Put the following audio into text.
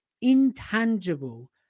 intangible